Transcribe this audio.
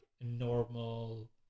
normal